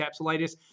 capsulitis